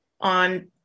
on